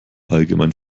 allgemein